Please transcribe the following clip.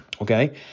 Okay